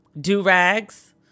do-rags